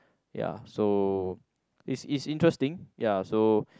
ya so is is interesting ya so